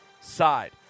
side